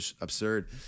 absurd